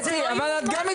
אבל, קטי, גם את מתפרצת.